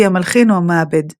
לפי המלחין או המעבד,